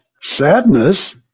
Sadness